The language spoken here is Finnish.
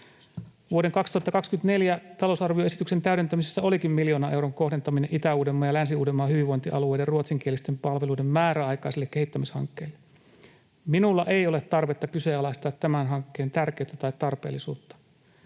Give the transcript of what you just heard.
Vuoden 2024 talousarvioesityksen täydentämisessä olikin miljoonan euron kohdentaminen Itä-Uudenmaan ja Länsi-Uudenmaan hyvinvointialueiden ruotsinkielisten palveluiden määräaikaiselle kehittämishankkeelle. Minulla ei ole tarvetta kyseenalaistaa tämän hankkeen tärkeyttä tai tarpeellisuutta.